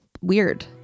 weird